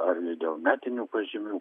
ar dėl metinių pažymių